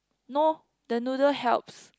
no the noodle helps